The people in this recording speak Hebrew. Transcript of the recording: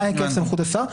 מה היקף סמכות השר,